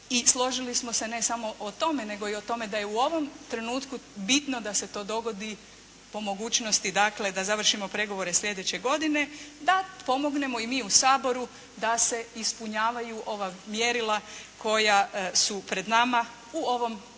i složili smo se ne samo o tome nego i o tome da je u ovom trenutku bitno da se to dogoditi po mogućnosti dakle, da završimo pregovore sljedeće godine da pomognemo i mi u Saboru da se ispunjavaju ova mjerila koja su pred nama u ovom izrazito